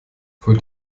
vor